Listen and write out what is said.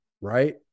Right